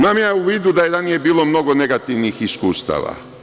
Imam ja u vidu da je ranije bilo mnogo negativnih iskustava.